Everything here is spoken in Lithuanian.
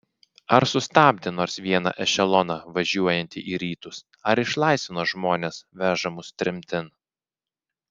ar sustabdė nors vieną ešeloną važiuojantį į rytus ar išlaisvino žmones vežamus tremtin